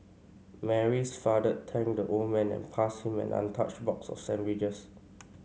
Mary's father thanked the old man and passed him an untouched box of sandwiches